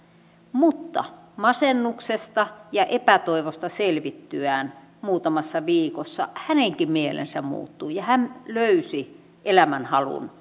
mutta masennuksesta ja epätoivosta selvittyään muutamassa viikossa hänenkin mielensä muuttui ja hän löysi elämänhalun